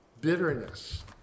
Bitterness